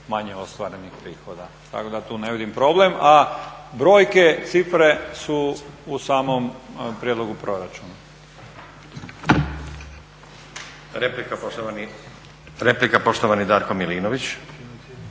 manje ostvarenih prihoda. Tako da tu ne vidim problem. A brojke, cifre su u samom prijedlogu proračuna. **Stazić, Nenad (SDP)** Republika poštovani Darko Milinović.